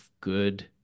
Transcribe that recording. good